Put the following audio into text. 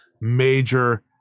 major